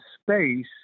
space